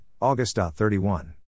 August.31